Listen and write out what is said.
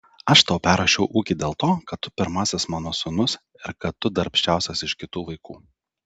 aš tau perrašiau ūkį dėl to kad tu pirmasis mano sūnus ir kad tu darbščiausias iš kitų vaikų